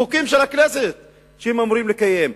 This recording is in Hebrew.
חוקים של הכנסת שהם אמורים לקיים,